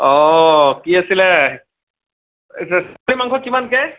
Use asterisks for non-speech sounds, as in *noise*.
অঁ কি আছিলে *unintelligible* ছাগলী মাংস কিমান কৈ